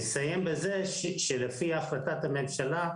אסיים בזה שלפי החלטת הממשלה,